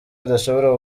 bidashobora